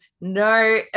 No